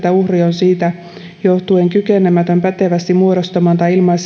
siitä johtuen kykenemätön pätevästi muodostamaan